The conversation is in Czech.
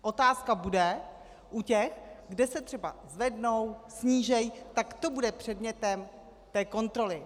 Otázka bude u těch, kde se třeba zvednou, sníží, tak to bude předmětem kontroly.